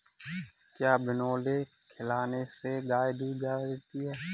क्या बिनोले खिलाने से गाय दूध ज्यादा देती है?